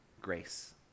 Grace